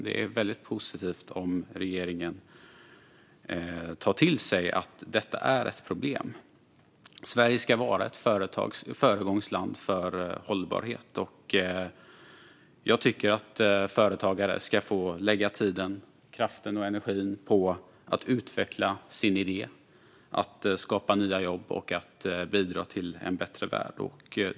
Det är väldigt positivt om regeringen tar till sig att detta är ett problem. Sverige ska vara ett föregångsland för hållbarhet. Jag tycker att företagare ska få lägga tiden, kraften och energin på att utveckla sin idé, att skapa nya jobb och att bidra till en bättre värld.